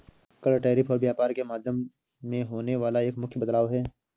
कर, टैरिफ और व्यापार के माध्यम में होने वाला एक मुख्य बदलाव हे